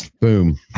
Boom